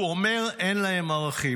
והוא אומר: אין להם ערכים'.